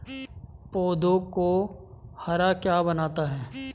पौधों को हरा क्या बनाता है?